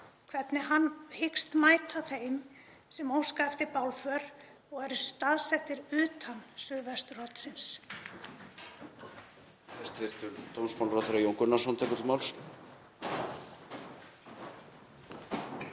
hvernig hann hyggst mæta þeim sem óska eftir bálför og eru staðsettir utan suðvesturhornsins?